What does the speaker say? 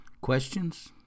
questions